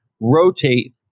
rotate